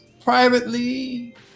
privately